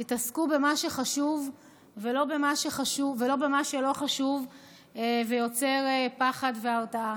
תתעסקו במה שחשוב ולא במה שלא חשוב ויוצר פחד והרתעה.